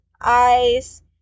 ice